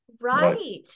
right